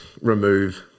remove